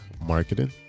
Marketing